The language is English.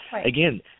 Again